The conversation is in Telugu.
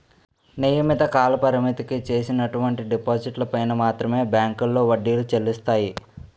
నియమిత కాలపరిమితికి చేసినటువంటి డిపాజిట్లు పైన మాత్రమే బ్యాంకులో వడ్డీలు చెల్లిస్తాయి